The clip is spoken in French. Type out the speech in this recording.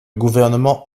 gouvernement